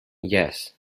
yes